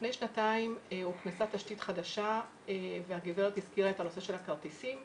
לפני שנתיים הוכנסה תשתית חדשה והגברת הזכירה את הנושא של הכרטיסים,